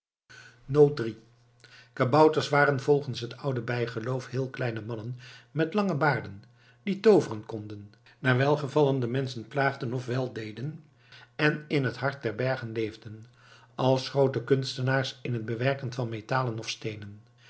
kabouters waren volgens het oude bijgeloof heel kleine mannen met lange baarden die tooveren konden naar welgevallen de menschen plaagden of weldeden en in het hart der bergen leefden als groote kunstenaars in het bewerken van metalen of van steenen